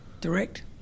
direct